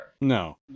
no